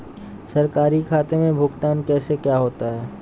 सरकारी खातों में भुगतान कैसे किया जाता है?